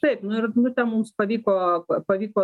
taip nu ir nu ten mums pavyko pavyko